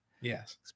Yes